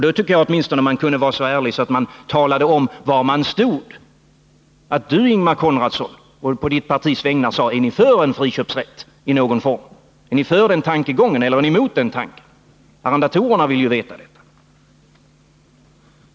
Då tycker jag att man åtminstone kunde vara så ärlig att man talar om var man står. Ingemar Konradsson borde på sitt partis vägnar tala om huruvida ni är för en friköpsrätt i någon form. Är ni för den tankegången eller är ni emot? Arrendatorerna vill veta detta.